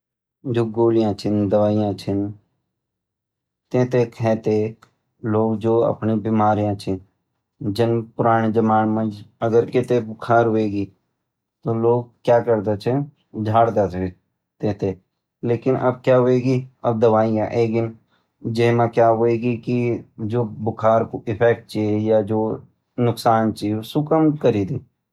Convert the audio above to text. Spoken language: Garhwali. जु गोलियां छन दवाइयां छन तैं थै खये तै लोग जु अपणु बिमार हुयां छन जन पुराणु जमाना म अगर कै थैं बुखार होएगीन त लोग क्या करद छ झाड करद न तै थैं लेकिन अब क्या होएगी अब दवाइयां एैगे जै म क्या होएगी कि जु बुखार कु इफक्ट छ या जु नुकसान छ सु कल करेली।